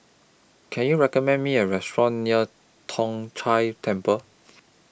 Can YOU recommend Me A Restaurant near Tong Whye Temple